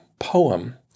Poem